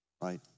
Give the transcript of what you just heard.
right